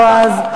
בועז.